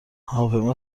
هواپیما